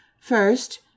first